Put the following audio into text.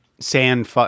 sand